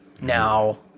now